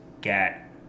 get